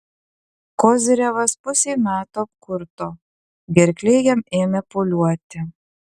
kozyrevas pusei metų apkurto gerklė jam ėmė pūliuoti